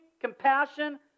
compassion